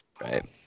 Right